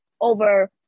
over